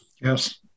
yes